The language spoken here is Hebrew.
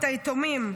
את היתומים.